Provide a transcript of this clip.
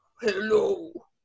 Hello